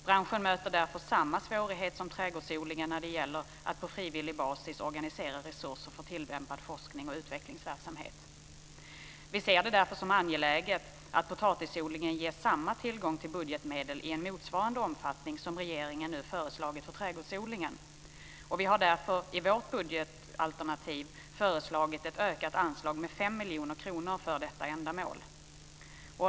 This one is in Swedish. Branschen möter därför samma svårighet som trädgårdsodlingen när det gäller att på frivillig basis organisera resurser för tillämpad forskning och utvecklingsverksamhet. Vi ser det därför som angeläget att potatisodlingen ges tillgång till budgetmedel i en motsvarande omfattning som regeringen nu föreslagit för trädgårdsodlingen. Vi har därför i vårt budgetalternativ föreslagit ett ökat anslag med 5 miljoner kronor för detta ändamål.